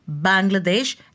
Bangladesh